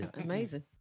Amazing